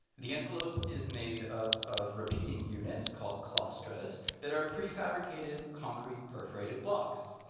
the envelope is made up of repeating units called clusters that are pre-fabricated concrete perforated blocks.